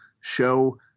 show